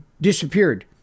disappeared